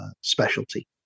specialty